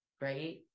right